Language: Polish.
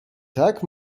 tak